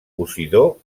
posidó